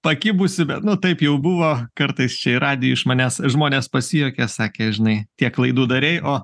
pakibusį bet nu taip jau buvo kartais čia ir radijuj iš manęs žmonės pasijuokia sakė žinai tiek klaidų darei o